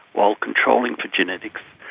while controlling for genetics.